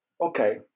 okay